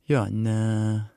jo ne